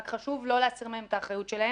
רק חשוב לא להסיר מהן את האחריות שלהן,